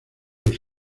los